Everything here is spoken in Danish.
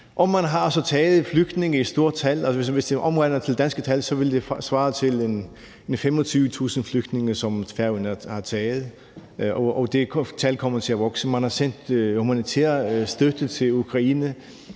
man omregner til danske tal, vil det svare til 25.000 flygtninge, som Færøerne har taget, og det tal kommer til at vokse. Man har sendt humanitær støtte til Ukraine